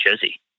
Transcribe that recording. jersey